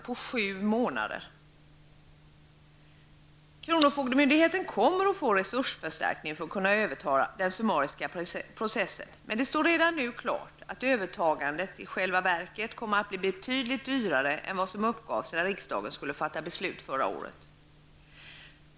I Kronofogdemyndigheten kommer att få resursförstärkning för att kunna överta den summariska processen, men det står redan nu klart att övertagandet i själva verket kommer att bli betydligt dyrare än vad som uppgavs när riksdagen skulle fatta beslut förra året.